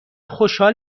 خوشحال